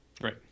Right